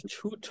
two